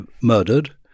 murdered